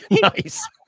Nice